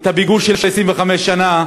נוכל את הפיגור של 25 שנה,